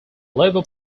labour